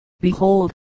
behold